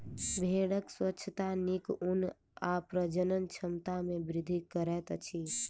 भेड़क स्वच्छता नीक ऊन आ प्रजनन क्षमता में वृद्धि करैत अछि